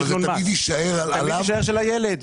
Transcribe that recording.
תמיד הוא יישאר של הילד.